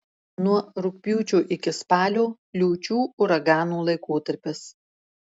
nuo rugpjūčio iki spalio liūčių uraganų laikotarpis